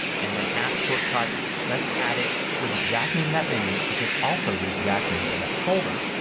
and then app shortcuts. let's add it for the exact name of that menu which is also the exact name of that folder